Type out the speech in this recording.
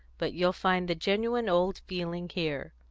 but you'll find the genuine old feeling here.